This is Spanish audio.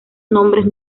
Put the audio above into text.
nombres